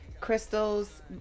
crystals